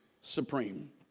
supreme